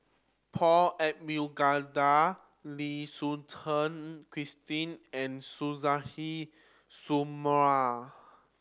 Paul Abisheganaden Lim Suchen Christine and Suzairhe Sumari